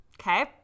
okay